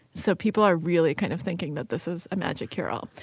so people are really kind of thinking that this is a magic cure all.